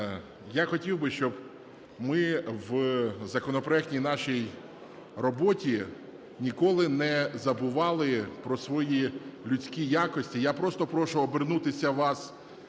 я хотів би, щоб ми в законопроектній нашій роботі ніколи не забували про свої людські якості. Я просто прошу обернутися вас